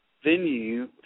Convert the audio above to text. Venue